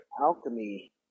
Alchemy